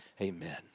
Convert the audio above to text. Amen